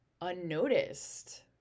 unnoticed